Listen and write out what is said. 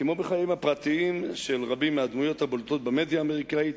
כמו בחיים הפרטיים של רבות מהדמויות הבולטות במדיה האמריקנית,